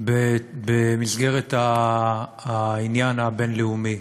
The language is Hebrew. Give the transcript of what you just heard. במסגרת העניין הבין-לאומי?